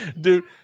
Dude